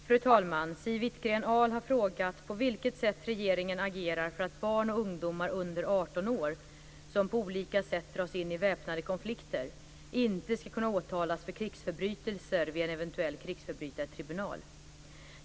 Fru talman! Siw Wittgren-Ahl har frågat på vilket sätt regeringen agerar för att barn och ungdomar under 18 år, som på olika sätt dras in i väpnade konflikter, inte ska kunna åtalas för krigsförbrytelser vid en eventuell krigsförbrytartribunal.